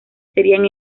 serían